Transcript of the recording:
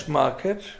market